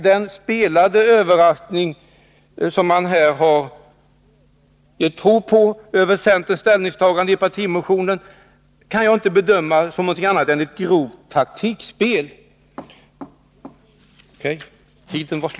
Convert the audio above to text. Den spelade överraskning som man här har givit prov på över centerns ställningstagande i partimotionen kan jag inte se som något annat än ett grovt taktikspel.